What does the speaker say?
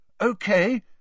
Okay